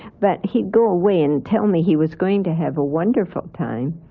but he'd go away and tell me he was going to have a wonderful time,